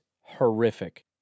horrific